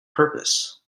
purpose